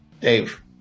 Dave